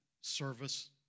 service